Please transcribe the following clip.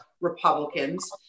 Republicans